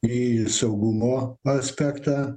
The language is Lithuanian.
į saugumo aspektą